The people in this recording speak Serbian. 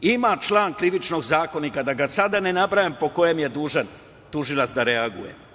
Ima član Krivičnog zakonika, da ga sada ne nabrajam, po kojem je dužan tužilac da reaguje.